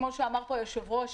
כמו שאמר היושב-ראש,